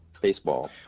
Baseball